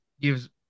gives